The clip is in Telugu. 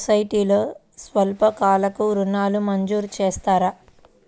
సొసైటీలో స్వల్పకాలిక ఋణాలు మంజూరు చేస్తారా?